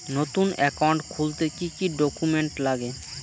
নতুন একাউন্ট খুলতে কি কি ডকুমেন্ট লাগে?